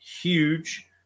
huge